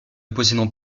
possédant